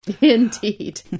Indeed